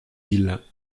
iles